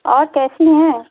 और कैसी हैं